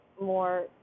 more